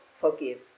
forgive